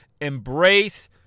Embrace